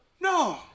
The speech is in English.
No